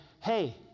hey